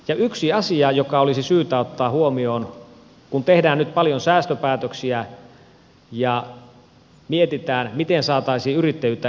ja yksi asia joka olisi syytä ottaa huomioon kun tehdään nyt paljon säästöpäätöksiä ja mietitään miten saataisiin yrittäjyyttä edistettyä